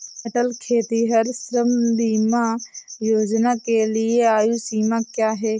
अटल खेतिहर श्रम बीमा योजना के लिए आयु सीमा क्या है?